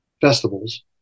festivals